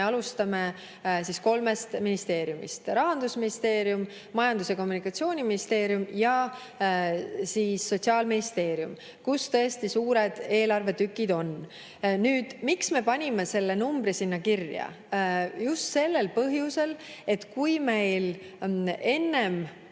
alustame kolmest ministeeriumist: Rahandusministeerium, Majandus‑ ja Kommunikatsiooniministeerium ning Sotsiaalministeerium, kus on tõesti suured eelarvetükid. Nüüd, miks me panime selle numbri sinna kirja? Just sellel põhjusel, et kui meil peale